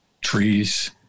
trees